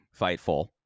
Fightful